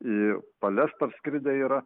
į palias parskridę yra